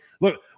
Look